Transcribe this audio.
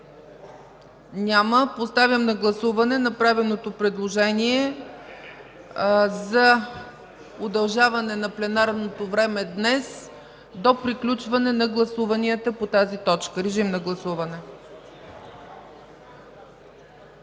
Няма. Поставям на гласуване направеното предложение за удължаване на пленарното време днес до приключване на гласуванията по тази точка. Гласували